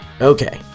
Okay